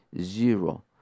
Zero